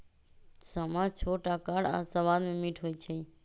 समा छोट अकार आऽ सबाद में मीठ होइ छइ